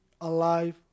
alive